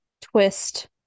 twist